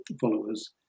followers